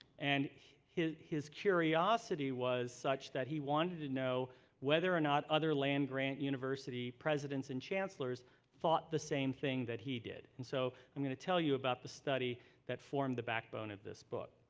and his his curiosity was such that he wanted to know whether or not other land-grant university presidents and chancellors thought the same thing that he did. and so, i'm going to tell you about the study that formed the backbone of this book.